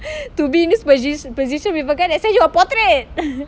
to be in this posi~ position with a guy that send you a portrait